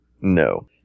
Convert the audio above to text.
No